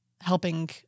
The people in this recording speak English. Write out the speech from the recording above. helping